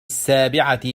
السابعة